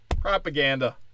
propaganda